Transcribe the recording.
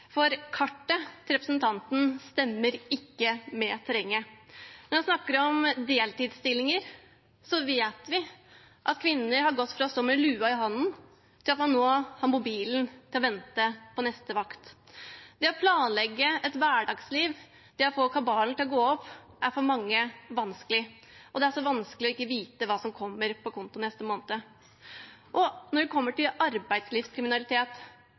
for kartet til representanten stemmer ikke med terrenget. Når vi snakker om deltidsstillinger, vet vi at kvinner har gått fra å stå med lua i hånda til at man nå har mobilen til å vente på neste vakt. Det å planlegge et hverdagsliv, det å få kabalen til å gå opp, er for mange vanskelig, og det er også vanskelig ikke å vite hva som kommer på konto neste måned. Og når det gjelder arbeidslivskriminalitet,